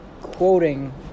quoting